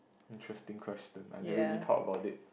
interesting question I never really thought about it